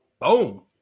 Boom